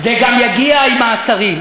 זה גם יגיע למעצרים,